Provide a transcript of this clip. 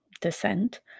descent